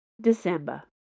December